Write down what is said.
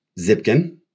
zipkin